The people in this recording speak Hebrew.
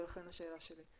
ולכן השאלה שלי.